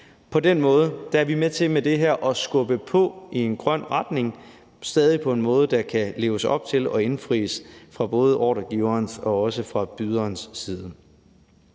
På den måde er vi med til med det her at skubbe på i en grøn retning – stadig på en måde, der kan leves op til og indfries fra både ordregiverens og også fra byderens side.